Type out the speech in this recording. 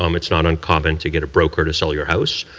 um it's not uncommon to get a broker to sell your house.